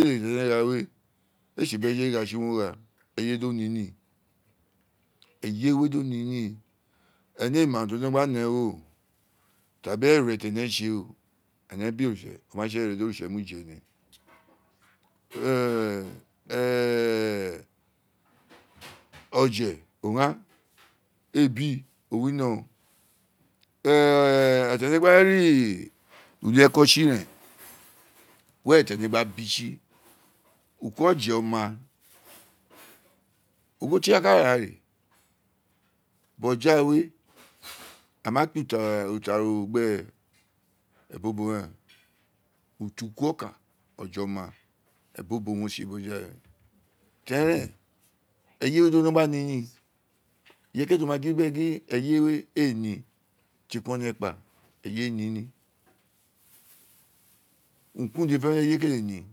éè tsí bí eye gha tsí owun o gháà ẹyewe dò nini ẹyewe dò nini ene éè ma urun tí o gba né réèn̄ o tabì érè tí éṅè tsí o énè bì oritse o ma tse érè dí oritse dì o mu érè énè mu énè éè ọjẹ o gháàn ebi o wu no éè ira tí ẹnẹ gba rí ulakọ tsí rẹn wẹrẹ tí énè gba ka bi tsì uko ọje ọma uta uko ọkam oọjọma ebọ bo owun o tse bọja we tori érèn ẹyewe nọ gba niní ireye ki ireye tí o ma gin o o érè gin eyewe éè ní tí éè kun owun ọnẹ kpá ẹye niní urun kurun dede fénèfénè owun eiyewe kèlè ní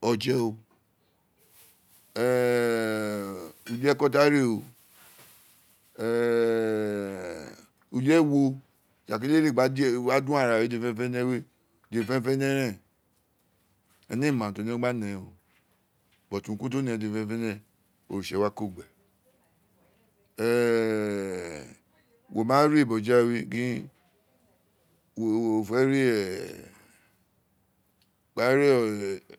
ọ je óò éè uli ekọ tí áà reo éè uli ekọ tí áà kele re gba dun árà we fénèfénè we dede fénèfénè rén éne éè ma urun ti o nọ gba ni éè urun kurun tí o nọ gba nẹ dèdè fénè fénè ori tse wa kọ gbe éè wọ ma re ibo̱ ja we gin wo fẹ re gba ri